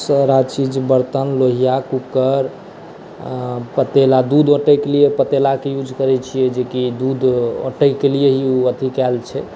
सारा चीज बर्तन लोहिया कुकर पतेला दूध अउटै के लिए पतेला के यूज करै छियै जे की दुध अउटै के लिए ही ओ अथी कायल छै